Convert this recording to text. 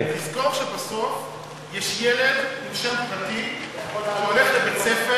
תזכור שבסוף יש ילד עם שם פרטי שהולך לבית-ספר